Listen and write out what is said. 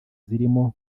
zirimo